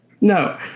No